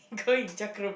go in